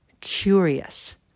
curious